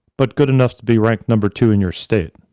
but good enough to be ranked number two in your state.